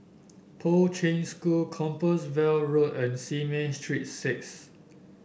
Poi Ching School Compassvale Road and Simei Street Six